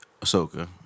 Ahsoka